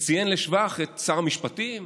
וציין לשבח את שר המשפטים,